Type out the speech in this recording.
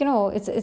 you know it's it's